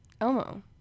Elmo